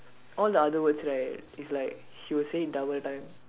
all the other words right is like he will say it double time